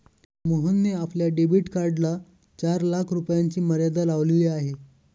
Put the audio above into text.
मोहनने आपल्या डेबिट कार्डला चार लाख रुपयांची मर्यादा लावलेली आहे